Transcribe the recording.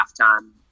halftime